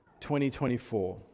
2024